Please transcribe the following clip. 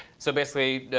so basically,